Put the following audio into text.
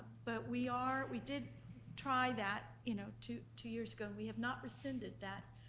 but we are, we did try that, you know two two years ago. we have not rescinded that,